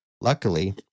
Luckily